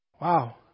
Wow